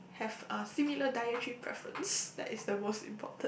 have a similar diet treat breakfast that is the most important